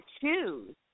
choose